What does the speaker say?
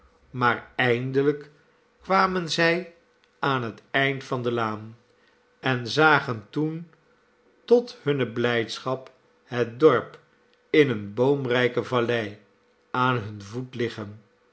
maar eindelijk kwamen zij aan het eind van de laan en zagen toen tot hunne blijdschap het dorp in eene boomrijke vallei aan hun voet liggen